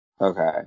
Okay